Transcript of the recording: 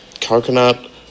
coconut